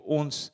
ons